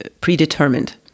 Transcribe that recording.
predetermined